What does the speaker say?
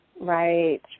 Right